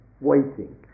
waiting